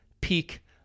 peak